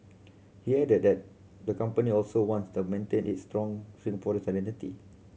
he added that the company also wants the maintain its strong Singaporean identity